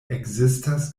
ekzistas